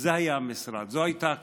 זה היה המשרד, זו הייתה הכתובת,